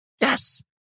Yes